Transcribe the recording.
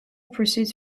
proceeds